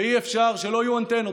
ואי-אפשר שלא יהיו אנטנות.